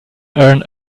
earn